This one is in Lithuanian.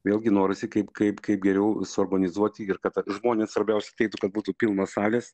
vėlgi norisi kaip kaip kaip geriau suorganizuoti ir kad žmonės svarbiausia ateitų kad būtų pilnos salės